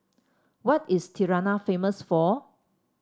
what is Tirana famous for